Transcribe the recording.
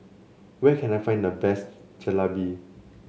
where can I find the best Jalebi